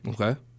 Okay